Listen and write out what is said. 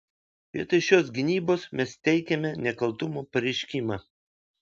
vietoj šios gynybos mes teikiame nekaltumo pareiškimą